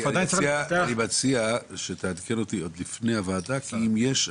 אני מציע שתעדכן אותי עוד לפני הוועדה, כי אם יש,